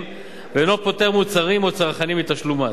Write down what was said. ואינו פוטר מוצרים או צרכנים מתשלום מס.